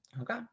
Okay